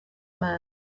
man